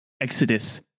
Exodus